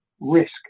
risk